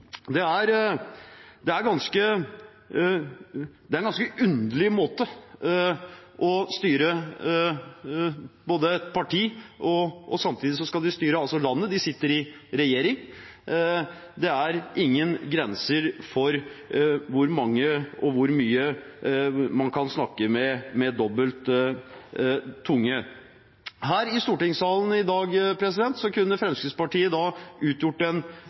Det er en ganske underlig måte å styre et parti på og samtidig styre landet – de sitter i regjering. Det er ingen grenser for hvor mye man kan snakke med dobbelt tunge. Her i stortingssalen i dag kunne Fremskrittspartiet utgjort